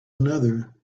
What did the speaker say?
another